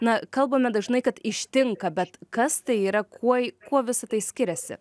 na kalbame dažnai kad ištinka bet kas tai yra kuo kuo visa tai skiriasi